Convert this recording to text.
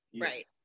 right